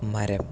മരം